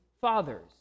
fathers